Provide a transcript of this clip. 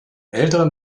älteren